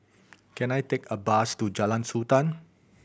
can I take a bus to Jalan Sultan